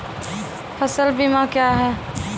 फसल बीमा क्या हैं?